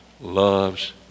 loves